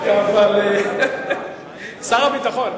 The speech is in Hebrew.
השר שלום,